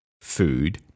food